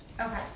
Okay